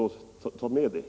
Ta med det till departementet!